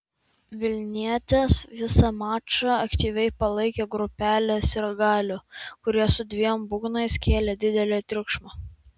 vilnietes visą mačą aktyviai palaikė grupelė sirgalių kurie su dviem būgnais kėlė didelį triukšmą